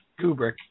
Kubrick